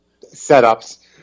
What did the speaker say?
setups